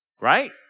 right